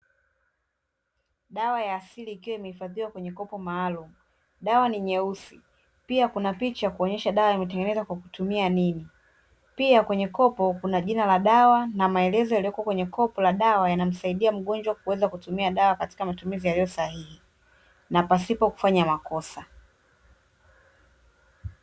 Dawa ya asili ikiwa imehifadhiwa kwenye kopo maalum, dawa ni nyeusi pia kuna picha kuonyesha dawa imetengenezwa kwa kutumia nini pia kwenye kopo kuna jina la dawa na maelezo yaliyoko kwenye kopo la dawa yanamsaidia mgonjwa kuweza kutumia dawa katika matumizi yaliyo sahihi na pasipo kufanya makosa .